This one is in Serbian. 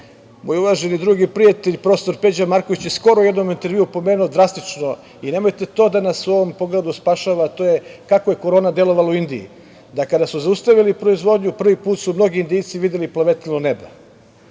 uvaženi drug i prijatelj prof. Peđa Marković je skoro u jednom intervjuu pomenuo drastično i nemojte to da nas u ovom pogledu spašava, a to je – kako je Korona delovala u Indiji, da kada su zaustavili proizvodnju, prvi put su mnogi Indijci videli plavetnilo